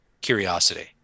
curiosity